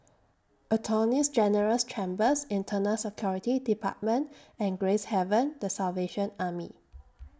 Attorneys General's Chambers Internal Security department and Gracehaven The Salvation Army